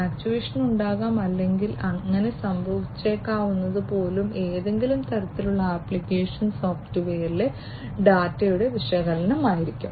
actuation ഉണ്ടാകാം അല്ലെങ്കിൽ അങ്ങനെ സംഭവിച്ചേക്കാവുന്നത് പോലും ഏതെങ്കിലും തരത്തിലുള്ള ആപ്ലിക്കേഷൻ സോഫ്റ്റ്വെയറിലെ ഡാറ്റയുടെ വിശകലനമായിരിക്കും